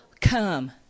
come